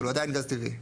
אבל הוא עדיין גז טבעי.